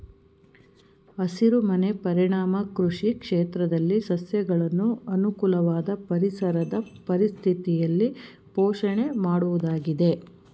ಹಸಿರುಮನೆ ಪರಿಣಾಮ ಕೃಷಿ ಕ್ಷೇತ್ರದಲ್ಲಿ ಸಸ್ಯಗಳನ್ನು ಅನುಕೂಲವಾದ ಪರಿಸರದ ಪರಿಸ್ಥಿತಿಯಲ್ಲಿ ಪೋಷಣೆ ಮಾಡುವುದಾಗಿದೆ